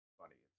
funny